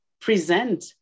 present